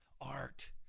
Art